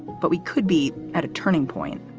but we could be at a turning point.